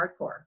hardcore